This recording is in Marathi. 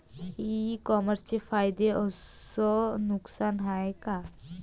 इ कामर्सचे फायदे अस नुकसान का हाये